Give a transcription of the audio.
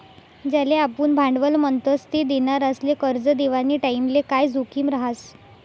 ज्याले आपुन भांडवल म्हणतस ते देनारासले करजं देवानी टाईमले काय जोखीम रहास